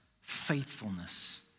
faithfulness